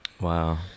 wow